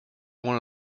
one